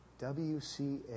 WCA